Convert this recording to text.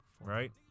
Right